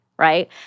Right